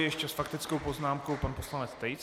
Ještě s faktickou poznámkou pan poslanec Tejc.